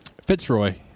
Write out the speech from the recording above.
Fitzroy